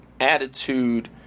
attitude